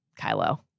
Kylo